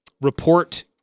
report